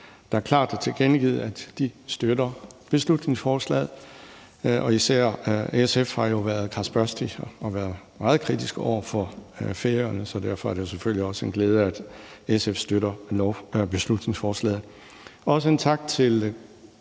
der klart har tilkendegivet, at de støtter beslutningsforslaget. Især SF har jo været kradsbørstige og meget kritiske over for Færøerne, så derfor er det selvfølgelig også en glæde, at SF støtter beslutningsforslaget. Også tak til